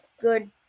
good